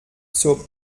zur